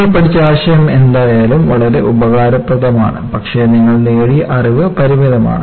നിങ്ങൾ പഠിച്ച ആശയം എന്തായാലും വളരെ ഉപയോഗപ്രദമാണ് പക്ഷേ നിങ്ങൾ നേടിയ അറിവ് പരിമിതമാണ്